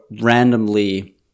randomly